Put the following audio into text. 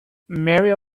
mario